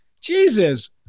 Jesus